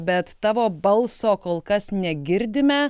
bet tavo balso kol kas negirdime